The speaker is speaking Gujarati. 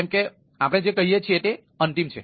જેમ કે આપણે જે કહીએ છીએ તે અંતિમ છે